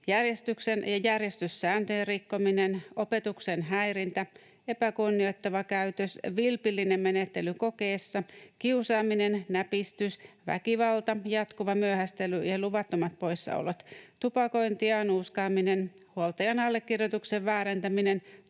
järjestyksen ja järjestyssääntöjen rikkominen, opetuksen häirintä, epäkunnioittava käytös, vilpillinen menettely kokeessa, kiusaaminen, näpistys, väkivalta, jatkuva myöhästely ja luvattomat poissaolot, tupakointi ja nuuskaaminen, huoltajan allekirjoituksen väärentäminen